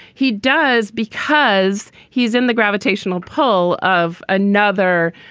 he does, because he's in the gravitational pull of another,